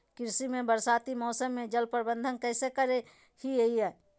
कृषि में बरसाती मौसम में जल प्रबंधन कैसे करे हैय?